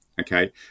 okay